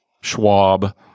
Schwab